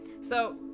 So-